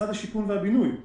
למשרד הבינוי והשיכון.